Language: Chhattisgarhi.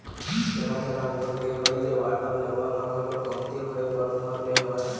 जघा जघा बोर के होय ले वाटर लेवल ह घलोक कमती होय बर धर ले हवय